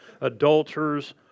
adulterers